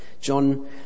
John